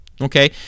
okay